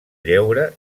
lleure